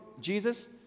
Jesus